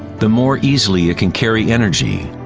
the more easily it can carry energy.